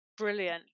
Brilliant